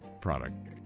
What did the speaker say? product